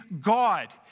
God